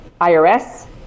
IRS